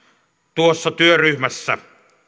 tuossa työryhmässä